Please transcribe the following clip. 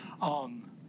on